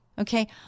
Okay